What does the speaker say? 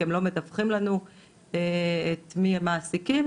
הם לא מדווחים לנו את מי הם מעסיקים.